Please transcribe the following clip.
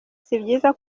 sibyiza